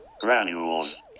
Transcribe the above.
granules